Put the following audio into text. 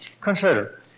Consider